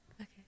Okay